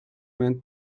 man